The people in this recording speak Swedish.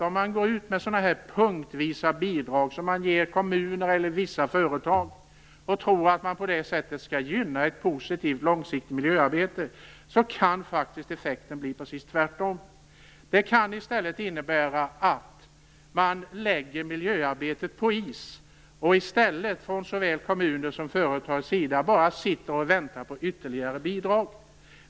Om man ger kommuner och vissa företag sådana punktvisa bidrag och tror att man på det sättet skall gynna ett positivt långsiktigt miljöarbete kan effekten faktiskt bli precis tvärtom. Det kan i stället innebära att såväl kommuner som företag lägger miljöarbetet på is och bara sitter och väntar på ytterligare bidrag.